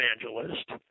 evangelist